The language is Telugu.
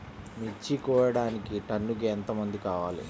మిర్చి కోయడానికి టన్నుకి ఎంత మంది కావాలి?